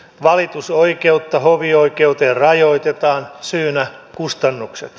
valitusoikeutta hovioikeuteen rajoitetaan syynä kustannukset